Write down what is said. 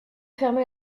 fermer